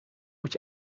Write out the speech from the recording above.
moet